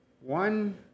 One